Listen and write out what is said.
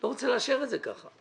לא רוצה לאשר את זה כך.